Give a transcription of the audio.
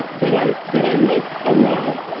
that i that i liked a lot,